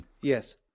Yes